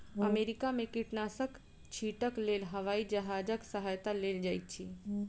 America में कीटनाशक छीटक लेल हवाई जहाजक सहायता लेल जाइत अछि